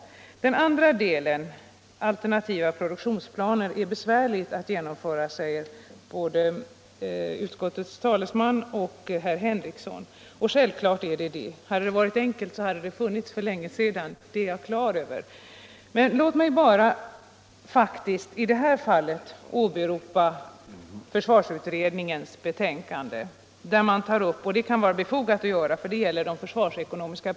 Både utskottets talesman och herr Henrikson säger att det är besvärligt att genomföra alternativa produktionsplaner. Självfallet är det så. Hade det varit enkelt genomfört, skulle detta ha funnits för länge sedan. Men låt mig i detta fall faktiskt åberopa försvarsutredningens betänkande, där man tar upp de försvarsekonomiska problemen, vilket kan vara befogat att åberopa i detta sammanhang.